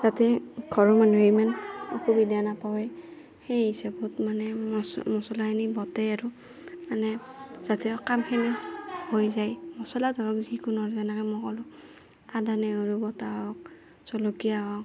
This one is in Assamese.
যাতে ঘৰৰ মানুহে ইমান অসুবিধা নাপৱে সেই হিচাপত মানে মচলাখিনি বটে আৰু মানে যাতে কামখিনি হৈ যায় মচলা ধৰক যিকোনো আৰু যেনেকে মই ক'লো আদা নহৰু বটা হওক জলকীয়া হওক